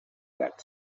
got